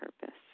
purpose